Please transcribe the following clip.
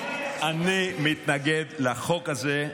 אני מתנגד לחוק הזה.